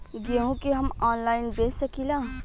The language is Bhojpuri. गेहूँ के हम ऑनलाइन बेंच सकी ला?